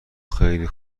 خیلی